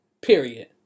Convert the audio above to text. Period